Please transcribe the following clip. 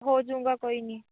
ਹੋਜੂਗਾ ਕੋਈ ਨਹੀਂ